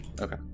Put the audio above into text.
Okay